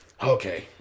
Okay